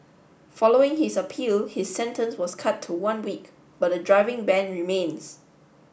following his appeal his sentence was cut to one week but the driving ban remains